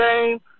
game